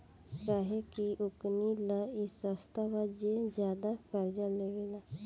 काहे कि ओकनीये ला ई सस्ता बा जे ज्यादे कर्जा लेवेला